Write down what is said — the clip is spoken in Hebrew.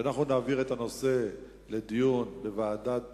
שאנחנו נעביר את הנושא לדיון בוועדת